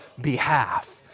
behalf